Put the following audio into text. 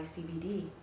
CBD